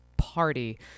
party